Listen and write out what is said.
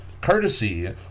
Courtesy